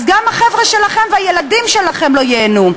אז גם החבר'ה שלכם והילדים שלהם לא ייהנו.